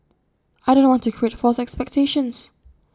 I don't want to create false expectations